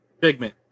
Pigment